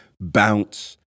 bounce